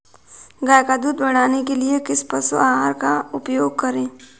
गाय का दूध बढ़ाने के लिए किस पशु आहार का उपयोग करें?